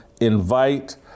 invite